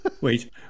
Wait